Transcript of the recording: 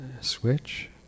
switch